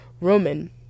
Roman